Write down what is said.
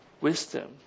wisdom